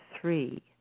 three